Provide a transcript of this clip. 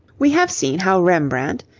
we have seen how rembrandt,